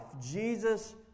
Jesus